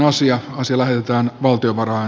asia lähetetään valtion varoin